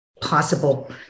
possible